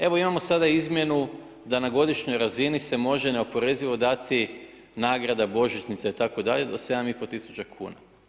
Evo imamo sada izmjenu da na godišnjoj razini se može neoporezivo dati nagrada, božićnica itd. do 7,5 tisuća kuna.